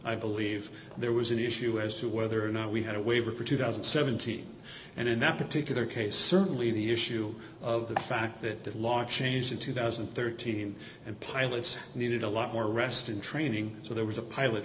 i believe there was an issue as to whether or not we had a waiver for two thousand and seventeen and in that particular case certainly the issue of the fact that the law changed in two thousand and thirteen and pilots needed a lot more rest in training so there was a pilot